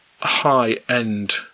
high-end